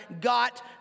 got